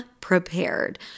prepared